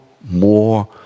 more